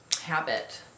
habit